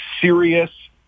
serious